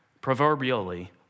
proverbially